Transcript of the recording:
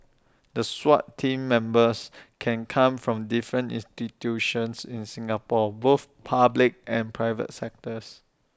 the 'Swat team' members can come from different institutions in Singapore both public and private sectors